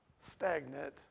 stagnant